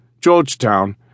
Georgetown